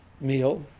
meal